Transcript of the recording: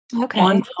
Okay